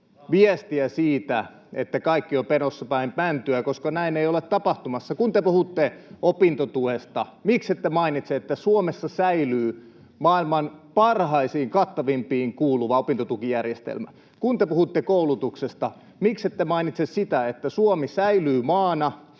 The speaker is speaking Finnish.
viestiä siitä, että kaikki on menossa päin mäntyä, koska näin ei ole tapahtumassa. Kun te puhutte opintotuesta, miksi ette mainitse, että Suomessa säilyy maailman parhaimpiin, kattavimpiin kuuluva opintotukijärjestelmä? Kun te puhutte koulutuksesta, miksi ette mainitse sitä, että Suomi säilyy maana,